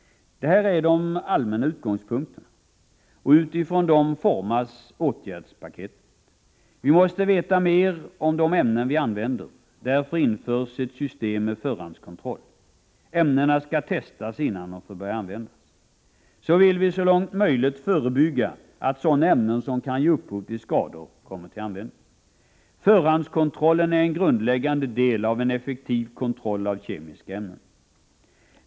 Detta är de allmänna utgångspunkterna. Utifrån dessa formas åtgärdspaketet. Vi måste veta mer om de ämnen vi använder. Därför införs ett system med förhandskontroll. Ämnena skall testas, innan de får börja användas. Så vill vi så långt möjligt förebygga att sådana ämnen som kan ge upphov till skador kommer till användning. Förhandskontrollen är en grundläggande del av en effektiv kontroll av kemiska ämnen.